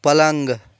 पलङ्ग